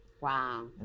Wow